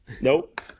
Nope